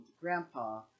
Grandpa